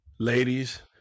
Ladies